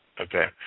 Okay